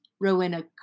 Rowena